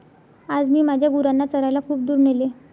आज मी माझ्या गुरांना चरायला खूप दूर नेले